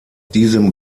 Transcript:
diesem